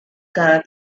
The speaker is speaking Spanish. cada